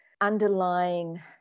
underlying